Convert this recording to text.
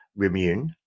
Remune